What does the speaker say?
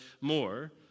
more